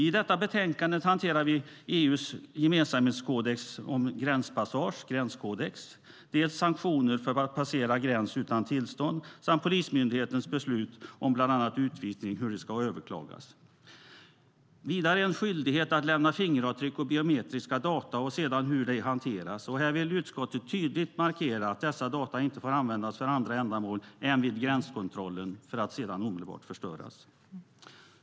I detta betänkande hanterar vi EU:s gemensamhetskodex för gränspassage, gränskodex, samt sanktioner för att passera gränser utan tillstånd och hur Polismyndighetens beslut om bland annat utvisning ska överklagas. Vidare hanterar vi en skyldighet att lämna fingeravtryck och biometriska data och hur dessa sedan hanteras. Här vill utskottet tydligt markera att dessa data inte får användas för andra ändamål än vid gränskontrollen för att sedan omedelbart förstöras.